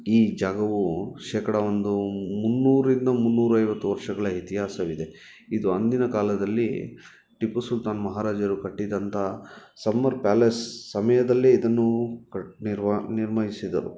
ಈ ಜಾಗವು ಶೇಕಡ ಒಂದು ಮುನ್ನೂರಿಂದ ಮುನ್ನೂರೈವತ್ತು ವರ್ಷಗಳ ಇತಿಹಾಸವಿದೆ ಇದು ಅಂದಿನ ಕಾಲದಲ್ಲಿ ಟಿಪ್ಪು ಸುಲ್ತಾನ್ ಮಹಾರಾಜರು ಕಟ್ಟಿದಂಥ ಸಮ್ಮರ್ ಪ್ಯಾಲೇಸ್ ಸಮಯದಲ್ಲೇ ಇದನ್ನು ಕಟ್ಟಿ ನಿರ್ವ ನಿರ್ವಹಿಸಿದರು